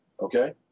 okay